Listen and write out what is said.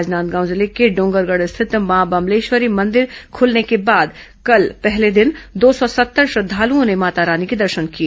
राजनांदगांव जिले के डोंगरगढ़ स्थित मां बम्लेश्वरी मंदिर खुलने के बाद कल पहले दिन दो सौ सत्तर श्रद्वालुओं ने माता रानी के दर्शन किए